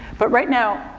but right now,